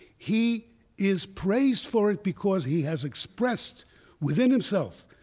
he is praised for it because he has expressed within himself,